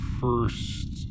first